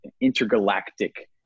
intergalactic